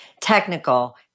technical